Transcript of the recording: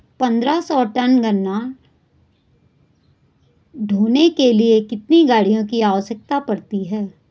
पन्द्रह सौ टन गन्ना ढोने के लिए कितनी गाड़ी की आवश्यकता पड़ती है?